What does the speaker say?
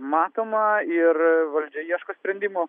matoma ir valdžia ieško sprendimo